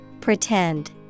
Pretend